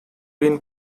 been